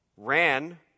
ran